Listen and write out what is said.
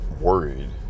worried